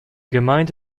gemeint